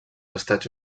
estats